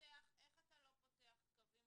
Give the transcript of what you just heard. איך אתה לא פותח קווים